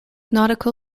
nautical